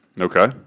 Okay